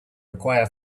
acquire